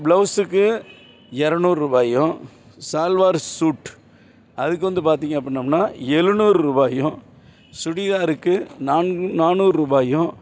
ப்ளவுஸுக்கு இரநூறுபாயும் சல்வார் சூட் அதுக்கு வந்து பார்த்தீங்க அப்படின்னோம்னா எழுநூறுபாயும் சுடிதாருக்கு நான் நானூறுபாயும்